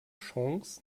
chance